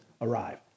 arrive